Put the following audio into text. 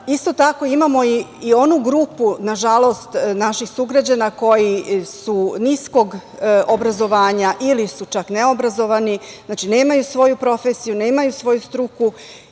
Isto tako, imamo i onu grupu, nažalost, naših sugrađana koji su niskog obrazovanja ili su čak neobrazovani. Znači, nemaju svoju profesiju, nemaju svoju struku